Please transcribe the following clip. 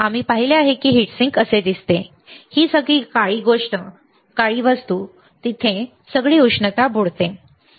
आम्ही पाहिले आहे हीटसिंक असे दिसते ही सगळी काळी गोष्ट तिथे सगळी उष्णता बुडते समजले